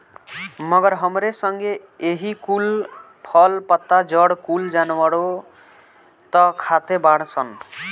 मगर हमरे संगे एही कुल फल, पत्ता, जड़ कुल जानवरनो त खाते बाड़ सन